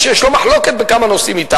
שיש לו מחלוקת בכמה נושאים.